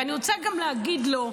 ואני רוצה גם להגיד לו,